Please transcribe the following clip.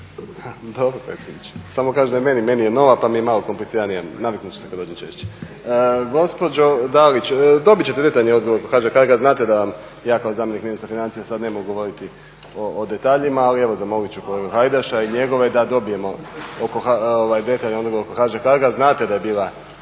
Dobro predsjedniče, samo kažem da je meni, meni je nova pa mi je malo kompliciranija, naviknuti ću se kada dođem češće. Gospođo Dalić, dobiti ćete detaljni odgovor HŽ Cargo-a, znate da vam ja kada zamjenik ministra financija sada ne mogu govoriti o detaljima ali evo zamoliti ću kolegu Hajdaša i njegove da dobijemo detaljan odgovor oko HŽ Cargo-a. Znate da je bio